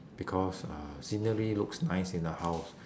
because uh scenery looks nice in the house